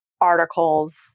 articles